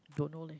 don't know leh